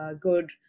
good